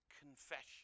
confession